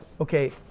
Okay